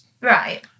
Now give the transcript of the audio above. Right